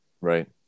Right